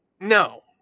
no